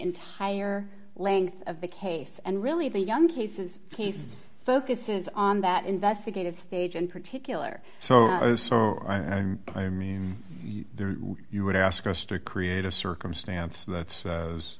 entire length of the case and really the young cases case focuses on that investigative stage in particular so i mean you would ask us to create a circumstance that says